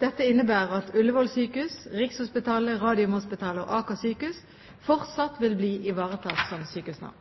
Dette innebærer at Ullevål sykehus, Rikshospitalet, Radiumhospitalet og Aker sykehus fortsatt vil bli ivaretatt som sykehusnavn.